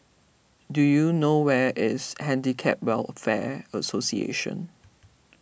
do you know where is Handicap Welfare Association